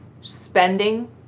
spending